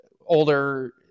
older